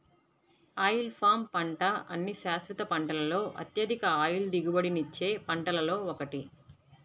oil palm పంట అన్ని శాశ్వత పంటలలో అత్యధిక ఆయిల్ దిగుబడినిచ్చే పంటలలో ఒకటి